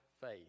faith